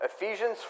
Ephesians